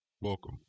Welcome